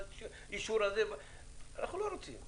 אנחנו לא רוצים את זה.